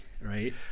right